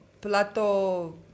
Plato